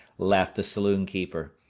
laughed the saloon-keeper.